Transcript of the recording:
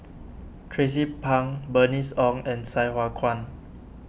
Tracie Pang Bernice Ong and Sai Hua Kuan